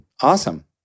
Awesome